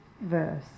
verse